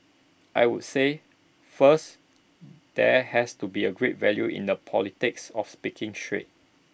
I would say first there has to be A great value in the politics of speaking straight